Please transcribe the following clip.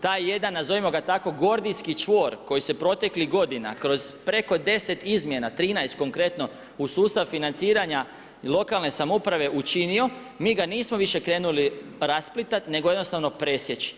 Taj jedan nazovimo ga tako gordijski čvor koji se proteklih godina kroz preko 10 izmjena, 13 konkretno u sustav financiranja lokalne samouprave učinio mi ga nismo više krenuli rasplitati, nego jednostavno presjeći.